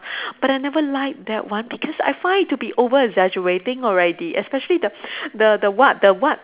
but I never like that one because I find it to be over exaggerating already especially the the the what the what